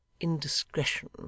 indiscretion